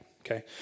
Okay